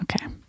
Okay